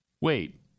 Wait